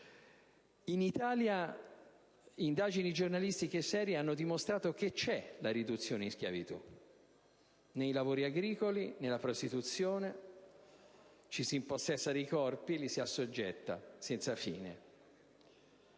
In Italia indagini giornalistiche serie hanno dimostrato che c'è la riduzione in schiavitù nei lavori agricoli e nella prostituzione. Ci si impossessa di corpi e li si assoggetta senza fine.